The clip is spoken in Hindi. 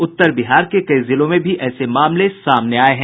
उत्तर बिहार के कई जिलों में भी ऐसे मामले सामने आये हैं